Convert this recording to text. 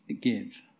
give